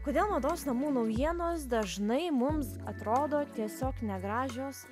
kodėl mados namų naujienos dažnai mums atrodo tiesiog negražios